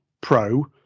pro